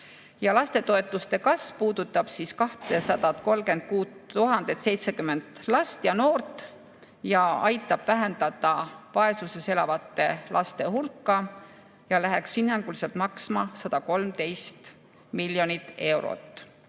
Lapsetoetuste kasv puudutab 236 070 last ja noort ning aitab vähendada vaesuses elavate laste hulka. See läheks hinnanguliselt maksma 113 miljonit eurot.